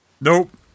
Nope